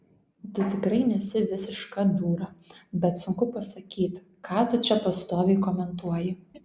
tu tikrai nesi visiška dūra bet sunku pasakyt ką tu čia pastoviai komentuoji